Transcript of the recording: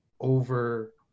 over